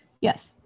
Yes